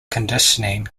conditioning